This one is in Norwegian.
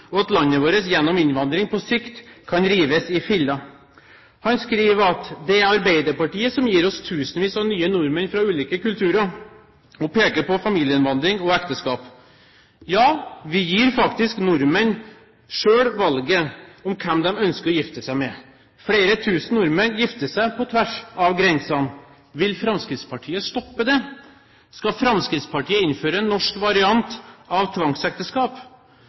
og at landet vårt gjennom innvandring på sikt kan rives i filler. Han skriver: «Det er Ap som gir oss tusenvis av nye nordmenn fra ulike kulturer», og peker på familieinnvandring og ekteskap. Ja, vi gir faktisk nordmenn selv valget om hvem de ønsker å gifte seg med. Flere tusen nordmenn gifter seg på tvers av grensene. Vil Fremskrittspartiet stoppe dette? Skal Fremskrittspartiet innføre en norsk variant av tvangsekteskap?